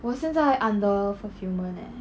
我现在 under fulfilment leh